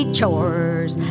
Chores